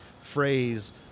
phrase